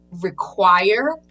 require